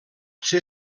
ser